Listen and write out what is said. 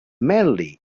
mainly